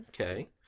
Okay